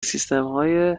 سیستمهای